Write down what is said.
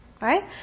right